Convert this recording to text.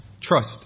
Trust